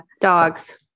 Dogs